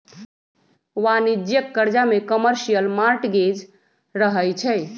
वाणिज्यिक करजा में कमर्शियल मॉर्टगेज रहै छइ